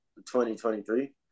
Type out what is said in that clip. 2023